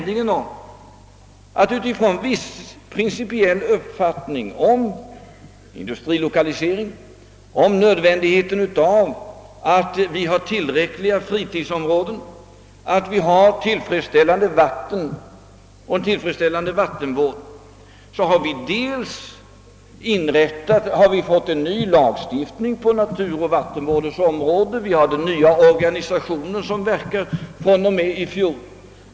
Vi har en viss principiell uppfattning om :industrilokalisering, om nödvändigheten av att vi har tillräckliga fritidsområden och tillfredsställande vattenvård. Den nya lagstiftningen om naturoch vattenvårdsområden bygger på denna principiella uppfattning liksom den nya organisation som verkar sedan i fjol.